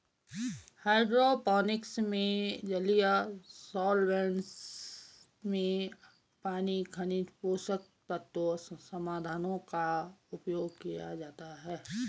hydroponics में जलीय solvents में पानी खनिज पोषक तत्व समाधानों का उपयोग किया जाता है